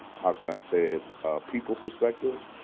how can i say it people perspective.